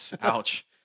ouch